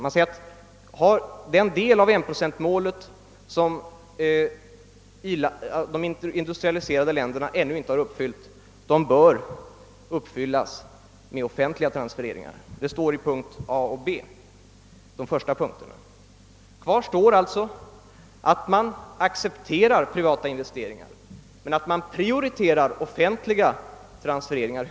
Man säger alltså att den del av 1-procentsmålet som de industrialiserade länderna ännu inte har uppfyllt bör uppfyllas med offentliga transfereringar; detta står i de båda första punkterna. Kvar står alltså att man accepterar privata investeringar men att man prioriterar offentliga transfereringar.